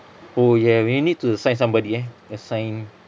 oo ya we need to assign somebody eh assign